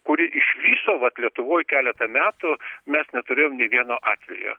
kuri iš viso vat lietuvoj keletą metų mes neturėjom nei vieno atvejo